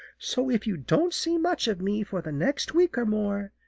so if you don't see much of me for the next week or more,